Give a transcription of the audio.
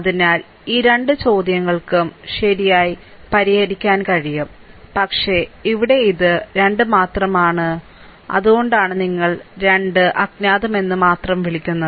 അതിനാൽ ഈ 2 ചോദ്യങ്ങൾക്കും ശരിയായി പരിഹരിക്കാൻ കഴിയും പക്ഷേ ഇവിടെ ഇത് 2 മാത്രമാണ് അതുകൊണ്ടാണ് നിങ്ങൾ 2 അജ്ഞാതമെന്ന് മാത്രം വിളിക്കുന്നത്